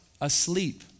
asleep